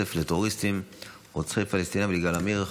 כסף לטרוריסטים רוצחי פלסטינים וליגאל עמיר.